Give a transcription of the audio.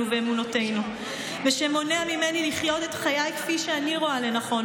ואמונותינו ושמונע ממני לחיות את חיי כפי שאני רואה לנכון?